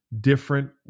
different